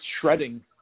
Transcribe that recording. shredding